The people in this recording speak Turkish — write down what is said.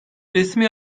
resmi